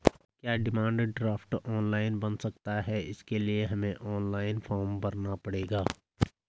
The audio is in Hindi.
क्या डिमांड ड्राफ्ट ऑनलाइन बन सकता है इसके लिए हमें ऑनलाइन फॉर्म भरना पड़ेगा?